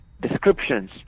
descriptions